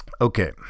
Okay